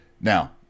Now